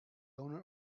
owner